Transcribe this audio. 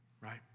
right